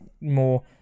more